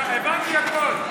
הבנתי הכול.